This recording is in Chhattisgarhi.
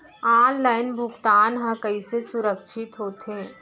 ऑनलाइन भुगतान हा कइसे सुरक्षित होथे?